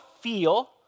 feel